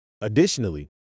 Additionally